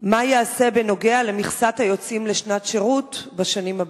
5. מה ייעשה בנוגע למכסת היוצאים לשנת שירות בשנים הבאות?